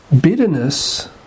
Bitterness